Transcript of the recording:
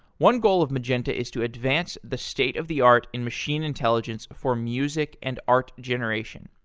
one goal of magenta is to advance the state of the art in machine intelligence for music and art generation.